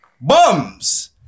bums